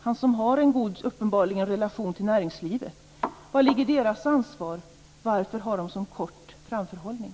Per Unckel har uppenbarligen en god relation till näringslivet. Vad ligger alltså i deras ansvar och varför har de en så kort framförhållning?